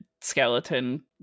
skeleton